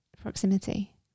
proximity